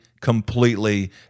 completely